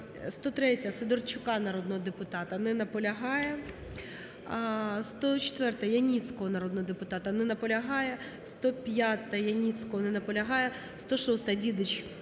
103-я, Сидорчука, народного депутата. Не наполягає. 104-а, Яніцького народного депутата. Не наполягає. 105-а, Яніцького. Не наполягає. 106-а, Дідич.